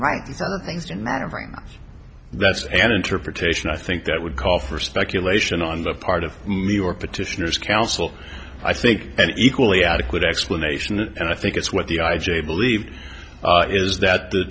much that's an interpretation i think that would call for speculation on the part of me or petitioner's counsel i think an equally adequate explanation and i think it's what the i j a believe is that the